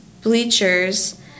Bleachers